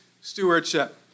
stewardship